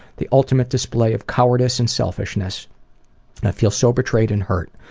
the ultimate display of cowardice and selfishness. i feel so betrayed and hurt.